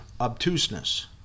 obtuseness